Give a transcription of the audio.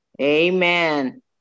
Amen